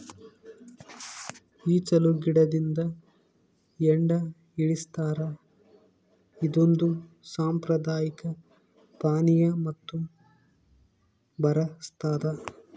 ಈಚಲು ಗಿಡದಿಂದ ಹೆಂಡ ಇಳಿಸ್ತಾರ ಇದೊಂದು ಸಾಂಪ್ರದಾಯಿಕ ಪಾನೀಯ ಮತ್ತು ಬರಸ್ತಾದ